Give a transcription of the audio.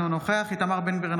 אינו נוכח איתמר בן גביר,